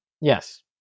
Yes